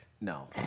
No